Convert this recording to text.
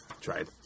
Tried